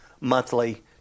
monthly